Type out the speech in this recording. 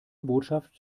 botschaft